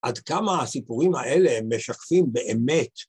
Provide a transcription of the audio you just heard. עד כמה הסיפורים האלה משקפים באמת.